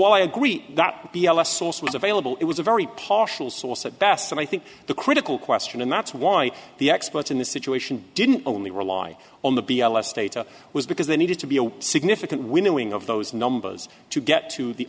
was available it was a very partial source at best and i think the critical question and that's why the experts in the situation didn't only rely on the b l s data was because they needed to be a significant winnowing of those numbers to get to the